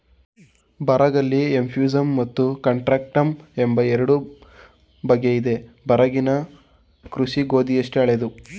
ಬರಗಲ್ಲಿ effusum ಮತ್ತು contractum ಎಂಬ ಎರಡು ಬಗೆಯಿದೆ ಬರಗಿನ ಕೃಷಿ ಗೋಧಿಯಷ್ಟೇ ಹಳೇದು